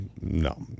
No